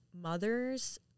mothers